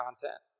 content